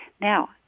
Now